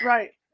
Right